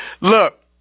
Look